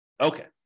Okay